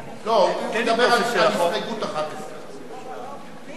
לא, הוא מדבר על הסתייגות 11. אתה